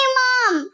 mom